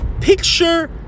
Picture